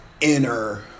inner